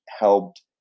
helped